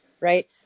right